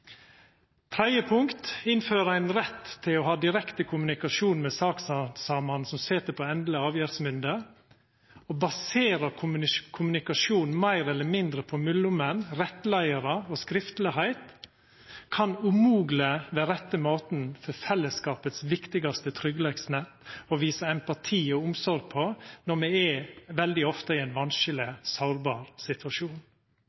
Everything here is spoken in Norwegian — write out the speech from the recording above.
ein rett til å ha direkte kommunikasjon med sakshandsamarane som sit på endeleg avgjerdsmynde. Å basera kommunikasjon meir eller mindre på mellommenn, rettleiarar og skriftleg framstilling kan umogeleg vera rette måten for fellesskapet sitt viktigaste tryggleiksnett å visa empati og omsorg på, når me veldig ofte er i ein